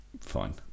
Fine